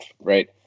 right